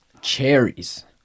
Cherries